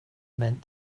meant